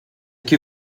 que